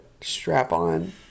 strap-on